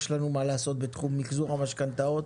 יש לנו מה לעשות בתחום מחזור המשכנתאות